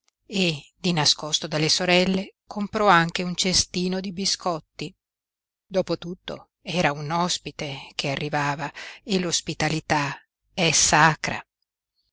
e di nascosto dalle sorelle comprò anche un cestino di biscotti dopo tutto era un ospite che arrivava e l'ospitalità è sacra